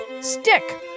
Stick